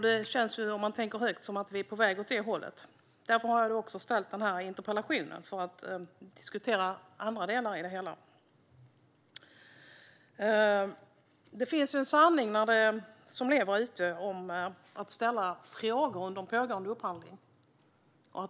Det känns, om man tänker högt, som att vi är på väg åt det hållet, och därför har jag ställt denna interpellation för att även kunna diskutera andra delar i det hela. Det finns en sanning som lever där ute om att det inte är möjligt att ställa frågor under en pågående upphandling.